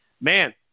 man